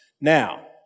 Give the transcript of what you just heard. Now